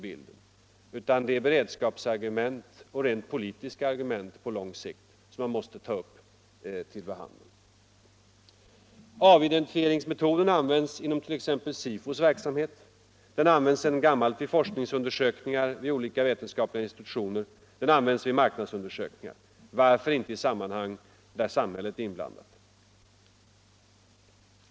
Man måste också ta upp till behandling beredskapsargument och — på lång sikt — politiska argument. Avidentifieringsmetoden används inom t.ex. SIFO:s verksamhet. Den används sedan gammalt vid forskningsundersökningar, vid olika vetenskapliga institutioner och vid marknadsundersökningar. Varför inte i sammanhang där samhället är inblandat?